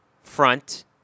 front